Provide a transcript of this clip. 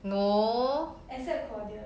no